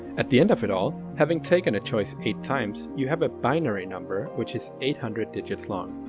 at the end of it all, having taken a choice eight times, you have a binary number which is eight hundred digits long.